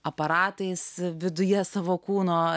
aparatais viduje savo kūno